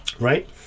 right